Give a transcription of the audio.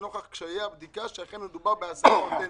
לנוכח קשיי הבדיקה שאכן מדובר בהעסקה 'אותנטית'".